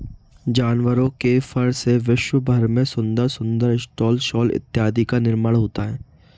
जानवरों के फर से विश्व भर में सुंदर सुंदर स्टॉल शॉल इत्यादि का निर्माण होता है